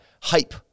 hype